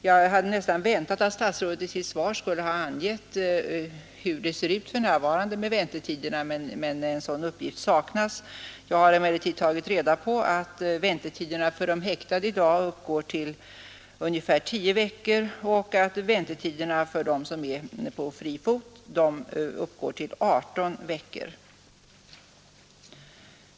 Jag hade nästan väntat att statsrådet i sitt svar skulle ha angett vilka väntetider man för närvarande har, men en sådan uppgift saknas. Jag har emellertid tagit reda på att väntetiderna för de häktade i dag uppgår till ungefär tio veckor och att väntetiderna för dem som är på fri fot uppgår till 18 veckor.